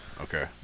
Okay